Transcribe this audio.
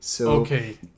Okay